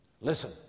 Listen